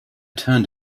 turned